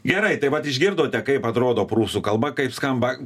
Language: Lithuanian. gerai tai vat išgirdote kaip atrodo prūsų kalba kaip skamba